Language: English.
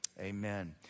Amen